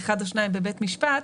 או שניים בבית משפט,